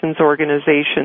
organizations